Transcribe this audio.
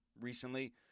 recently